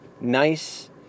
nice